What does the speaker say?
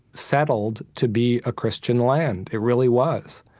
settled to be a christian land. it really was.